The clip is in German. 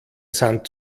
sand